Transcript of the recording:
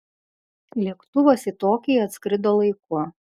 lėktuvas į tokiją atskrido laiku